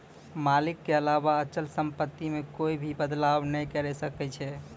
मालिक के अलावा अचल सम्पत्ति मे कोए भी बदलाव नै करी सकै छै